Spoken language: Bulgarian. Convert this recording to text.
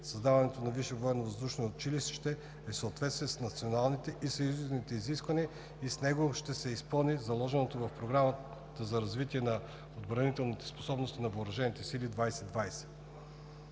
военновъздушно училище е в съответствие с националните и съюзни изисквания и с него ще се изпълни заложеното в Програмата за развитие на отбранителните способности на въоръжените сили 2020.